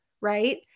right